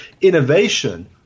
innovation